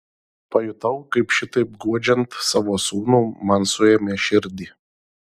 pajutau kaip šitaip guodžiant savo sūnų man suėmė širdį